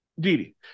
Didi